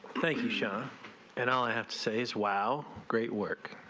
thank you shonda and all i have to say as well great work